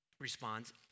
responds